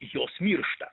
jos miršta